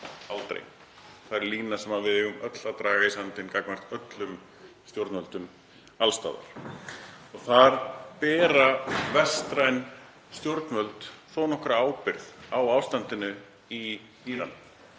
Það er lína sem við eigum öll að draga í sandinn gagnvart öllum stjórnvöldum alls staðar. Vestræn stjórnvöld bera þó nokkra ábyrgð á ástandinu í Íran,